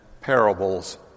parables